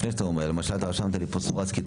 למשל אתה רשמת לי פה סוראסקי,